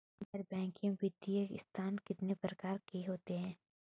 गैर बैंकिंग वित्तीय संस्थान कितने प्रकार के होते हैं?